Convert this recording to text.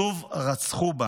שוב רצחו,